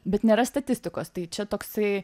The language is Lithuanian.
bet nėra statistikos tai čia toksai